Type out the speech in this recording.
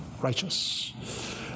righteous